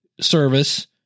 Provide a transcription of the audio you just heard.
service